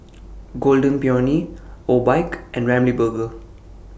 Golden Peony Obike and Ramly Burger